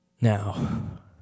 Now